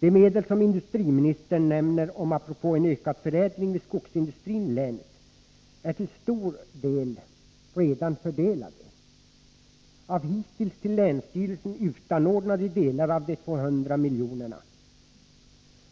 De medel som industriministern nämner apropå en ökad förädling vid skogsindustrin i länet är till stor del redan fördelade. Av hittills till länsstyrelsen utanordnade delar av de 200 miljonerna